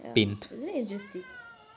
ya isn't it interesting